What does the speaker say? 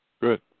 Good